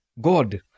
God